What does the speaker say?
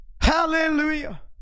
hallelujah